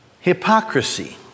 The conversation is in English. hypocrisy